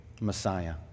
Messiah